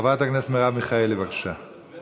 חברת הכנסת מרב מיכאלי, בבקשה.